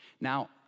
Now